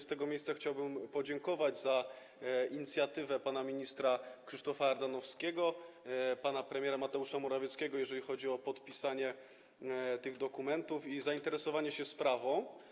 Z tego miejsca chciałbym podziękować za inicjatywę pana ministra Krzysztofa Ardanowskiego, pana premiera Mateusza Morawieckiego, jeżeli chodzi o podpisanie tych dokumentów i zainteresowanie się sprawą.